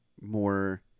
more